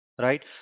right